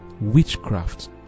Witchcraft